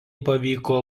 pavyko